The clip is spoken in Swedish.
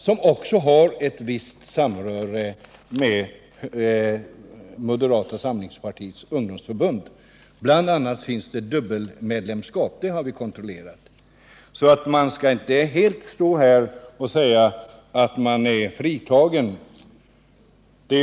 Den har ett visst samröre med Moderata samlingspartiets ungdomsförbund. Bl. a. finns det dubbla medlemskap — det har vi kontrollerat —så man skall inte stå här och säga att man är fritagen från ansvar.